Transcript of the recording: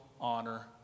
honor